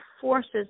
forces